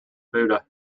buda